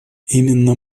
именно